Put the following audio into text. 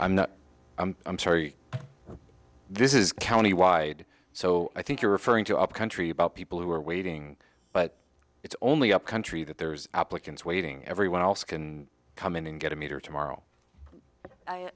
and i'm sorry this is county wide so i think you're referring to our country about people who are waiting but it's only up country that there's applicants waiting everyone else can come in and get a meter tomorrow i